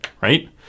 right